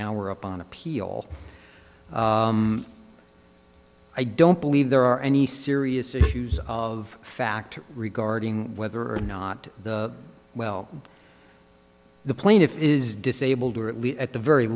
now we're up on appeal i don't believe there are any serious issues of fact regarding whether or not the well the plaintiff is disabled or at least at the very